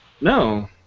No